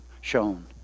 shown